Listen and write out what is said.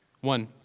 One